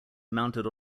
mounted